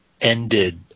ended